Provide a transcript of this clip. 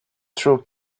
truck